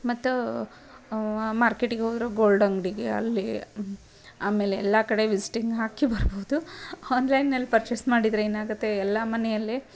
ಮತ್ತು ಮಾರ್ಕೆಟಿಗೆ ಹೋದರು ಗೋಲ್ಡ್ ಅಂಗಡಿಗೆ ಅಲ್ಲಿ ಆಮೇಲೆ ಎಲ್ಲ ಕಡೆ ವಿಸಿಟಿಂಗ್ ಹಾಕಿ ಬರ್ಬೋದು ಆನ್ಲೈನಲ್ಲಿ ಪರ್ಚೇಸ್ ಮಾಡಿದ್ರೆ ಏನಾಗುತ್ತೆ ಎಲ್ಲ ಮನೆಯಲ್ಲಿ